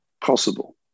possible